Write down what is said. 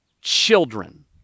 children